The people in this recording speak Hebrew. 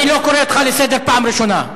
אני לא קורא אותך לסדר פעם ראשונה.